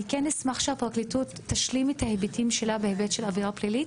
אני כן אשמח שהפרקליטות תשלים את ההיבטים שלה בהיבט של עברה פלילית,